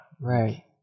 right